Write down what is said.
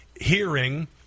hearing